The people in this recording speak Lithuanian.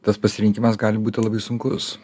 tas pasirinkimas gali būti labai sunkus